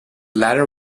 latter